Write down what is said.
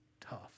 tough